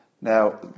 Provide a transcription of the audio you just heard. Now